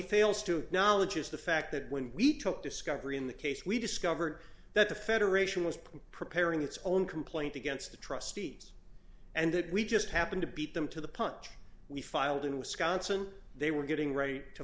fails to knowledge is the fact that when we took discovery in the case we discovered that the federation was preparing its own complaint against the trustees and that we just happened to beat them to the punch we filed in wisconsin they were getting ready to